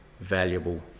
valuable